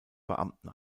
beamten